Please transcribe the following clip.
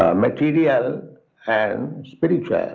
ah material and spiritual.